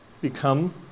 become